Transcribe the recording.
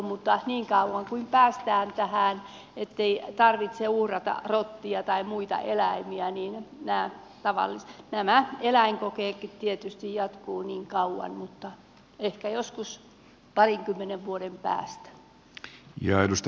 niin kauan kunnes päästään tähän ettei tarvitse uhrata rottia tai muita eläimiä nämä eläinkokeet tietysti jatkuvat mutta ehkä joskus parinkymmenen vuoden päästä